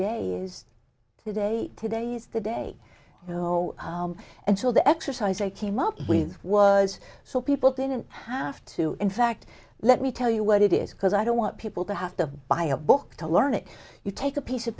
day is today today's the day you know until the exercise i came up with was so people didn't have to in fact let me tell you what it is because i don't want people to have to buy a book to learn it you take a piece of